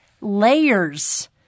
Layers